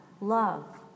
love